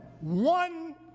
one